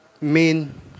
main